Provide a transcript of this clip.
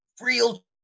real